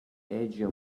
asian